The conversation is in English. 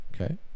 Okay